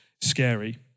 scary